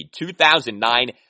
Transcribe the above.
2009